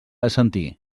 assentir